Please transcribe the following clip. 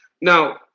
Now